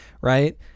right